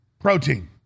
protein